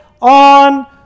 on